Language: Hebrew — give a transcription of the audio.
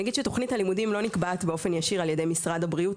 אני אגיד שתוכנית הלימודים לא נקבעת באופן ישיר על ידי משרד הבריאות,